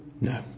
no